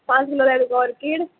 पांच किलो जाय तुमकां ऑर्कीड